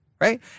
right